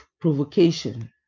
provocation